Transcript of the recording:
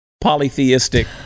polytheistic